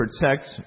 protect